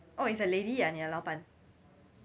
oh it's a lady ah 你的老板